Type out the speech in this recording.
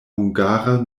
hungara